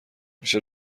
میشه